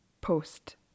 post